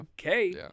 okay